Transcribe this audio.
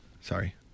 Sorry